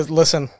listen